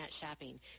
shopping